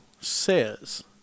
says